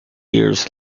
years